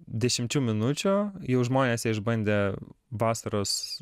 dešimčių minučių jau žmonės ją išbandė vasaros